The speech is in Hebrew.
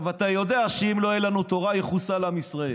אתה יודע שאם לא תהיה לנו תורה יחוסל עם ישראל,